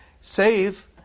Save